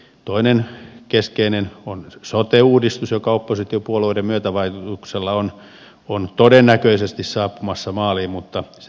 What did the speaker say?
toinen keskeinen on sote uudistus joka oppositiopuolueiden myötävaikutuksella on todennäköisesti saapumassa maaliin mutta se nähdään vasta myöhemmin